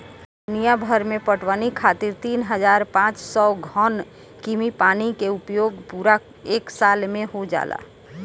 दुनियाभर में पटवनी खातिर तीन हज़ार पाँच सौ घन कीमी पानी के उपयोग पूरा एक साल में हो जाला